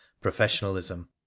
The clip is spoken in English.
professionalism